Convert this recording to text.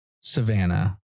Savannah